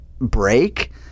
break